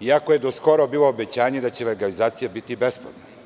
iako je do skoro bilo obećanje da će legalizacija biti besplatna.